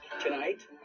Tonight